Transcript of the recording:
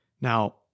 Now